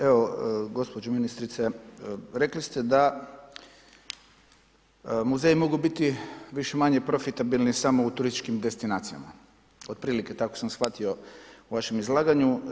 Evo gospođo ministrice, rekli ste da muzeji mogu biti više-manje profitabilni samo u turističkim destinacijama, otprilike tako sam shvatio u vašem izlaganju.